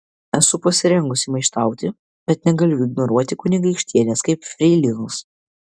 esu pasirengusi maištauti bet negaliu ignoruoti kunigaikštienės kaip freilinos